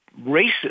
racist